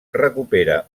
recupera